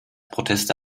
proteste